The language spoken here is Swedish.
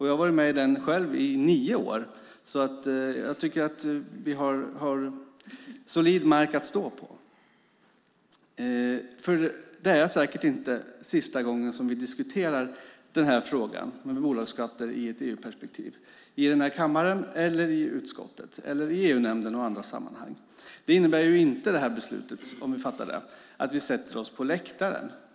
Jag har själv varit med i nio år, så jag tycker att vi har solid mark att stå på. Det är säkert inte sista gången vi diskuterar frågan om bolagsskatter i ett EU-perspektiv i den här kammaren, i utskottet eller i EU-nämnden och i andra sammanhang. Det här beslutet, om vi fattar det, innebär inte att vi sätter oss på läktaren.